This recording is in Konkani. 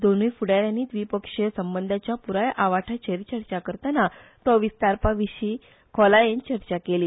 दोनूय फुडारटयांनी व्दिपक्षीय संबंदाच्या पुराय आवाठाचेर चर्चा करताना तो विस्तारपा विश्वी खोलायेन चर्चा केली